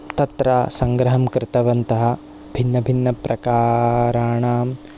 तत्र सङ्ग्रहं कृतवन्तः भिन्नभिन्न प्रकाराणाम्